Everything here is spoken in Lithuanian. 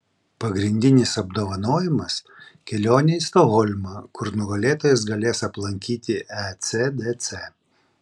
pagrindinis apdovanojimas kelionė į stokholmą kur nugalėtojas galės aplankyti ecdc